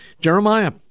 Jeremiah